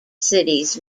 cities